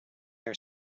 are